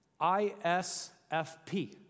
ISFP